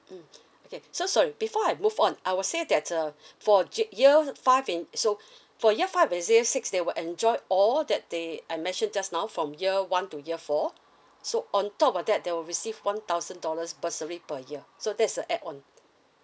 mm okay so sorry before I move on I will say that uh for J year five in so for year five and year six they will enjoy all that they I mention just now from year one to your four so on top of that they will receive one thousand dollars bursary per year so that's a add on